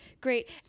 great